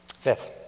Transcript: Fifth